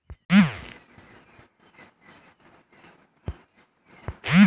कुछ मोलॉक्साइड्स विख बला होइ छइ